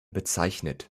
bezeichnet